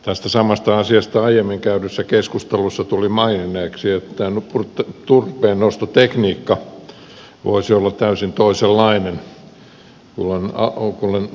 tästä samasta asiasta aiemmin käydyssä keskustelussa tulin maininneeksi että turpeennostotekniikka voisi olla täysin toisenlainen